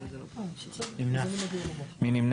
מי נמנע?